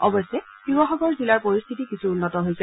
অৱশ্যে শিৱসাগৰ জিলাৰ পৰিস্থিতি কিছু উন্নত হৈছে